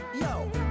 yo